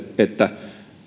että